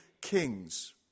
kings